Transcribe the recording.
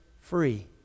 free